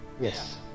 yes